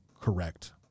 correct